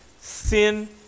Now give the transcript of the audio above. sin